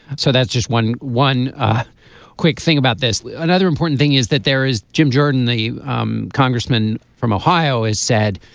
so that's just one. one quick thing about this. another important thing is that there is jim jordan the um congressman from ohio is said